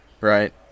right